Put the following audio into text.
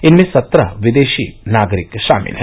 इनमें सत्रह विदेशी नागरिक शामिल हैं